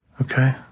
Okay